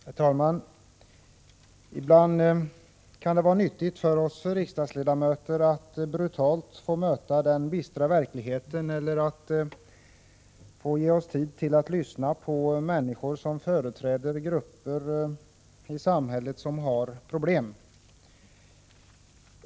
Herr talman! Ibland kan det vara nyttigt för oss riksdagsledamöter att brutalt få möta den bistra verkligheten eller ge oss tid till att lyssna på människor som företräder grupper i samhället som har problem.